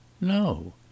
No